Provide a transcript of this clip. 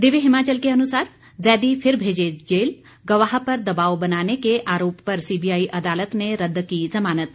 दिव्य हिमाचल के अनुसार जैदी फिर भेजे जेल गवाह पर दबाव बनाने के आरोप पर सीबीआई अदालत ने रदद की जमानत